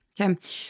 Okay